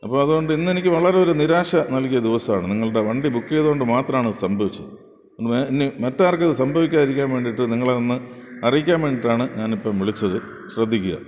അപ്പം അതുകൊണ്ട് ഇന്നെനിക്ക് വളരെ ഒരു നിരാശ നൽകിയ ദിവസമാണ് നിങ്ങളുടെ വണ്ടി ബുക്ക് ചെയ്തതു കൊണ്ടു മാത്രമാണ് ഇതു സംഭവിച്ചത് ഇനി മറ്റാർക്കും ഇതു സംഭവിക്കാതിരിക്കാൻ വേണ്ടിയിട്ട് നിങ്ങളെ ഒന്ന് അറിയിക്കാൻ വേണ്ടിയിട്ടാണ് ഞാൻ ഇപ്പം വിളിച്ചത് ശ്രദ്ധിക്കുക